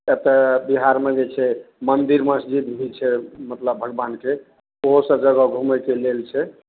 एतऽ बिहारमे जे छै मन्दिर मस्जिद भी छै मतलब भगवानके ओहो सब जगह घुमयके लेल छै